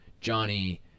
Johnny